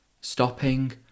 Stopping